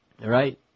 Right